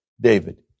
David